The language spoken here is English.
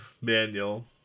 manual